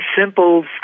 simple